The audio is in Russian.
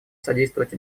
содействовать